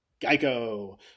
Geico